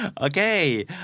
Okay